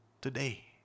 today